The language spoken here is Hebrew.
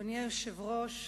אדוני היושב-ראש,